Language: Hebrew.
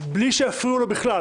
בלי שיפריעו לו בכלל,